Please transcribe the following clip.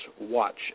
watch